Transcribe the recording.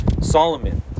Solomon